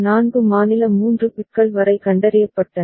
எனவே 4 மாநில 3 பிட்கள் வரை கண்டறியப்பட்டன